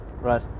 right